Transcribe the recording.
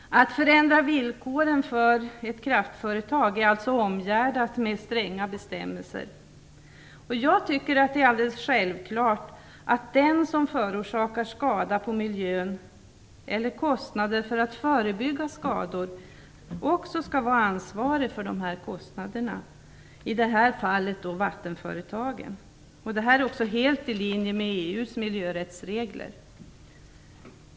Att förändra villkoren för ett kraftföretag är alltså omgärdat med stränga bestämmelser. Jag tycker att det är alldeles självklart att den som förorsakar skada på miljön eller kostnader för att förebygga skador också skall ha ansvaret för de kostnaderna, i det här fallet vattenföretagen. Det här är också helt i linje med EU:s miljörättsregler.